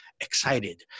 excited